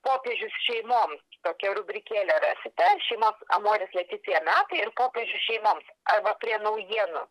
popiežius šeimoms tokią rubrikėlę nerasite šeimoms amoris leticia metai ir popiežius šeimoms arba prie naujienų